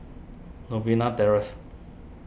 Novena Terrace